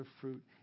fruit